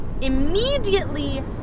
immediately